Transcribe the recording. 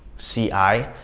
c i.